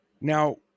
Now